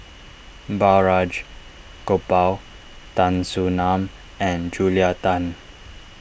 Balraj Gopal Tan Soo Nan and Julia Tan